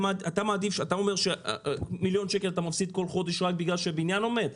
אתה אומר שאתה מפסיד בכל חודש מיליון שקל רק בגלל שהבניין עומד,